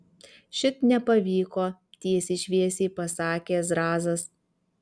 šit nepavyko tiesiai šviesiai pasakė zrazas